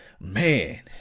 man